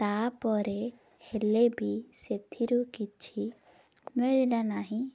ତା'ପରେ ହେଲେ ବି ସେଥିରୁ କିଛି ମିଳିଲା ନାହିଁ